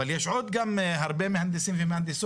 אבל יש עוד גם הרבה מהנדסים ומהנדסות,